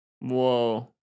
Whoa